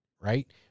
right